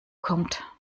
kommt